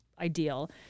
ideal